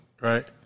right